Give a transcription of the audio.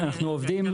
למשל,